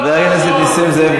חבר הכנסת נסים זאב.